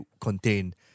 contained